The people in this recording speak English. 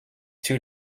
too